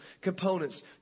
components